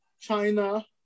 China